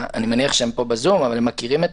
אני מניח שהם פה בזום אבל הם מכירים את